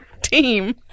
Team